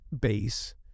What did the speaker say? base